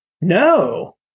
no